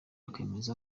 akemeza